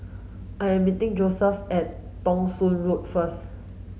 I am meeting Josef at Thong Soon Road first